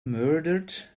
murdered